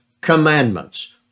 commandments